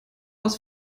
was